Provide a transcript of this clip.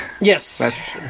yes